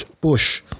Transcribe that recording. Bush